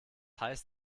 heißt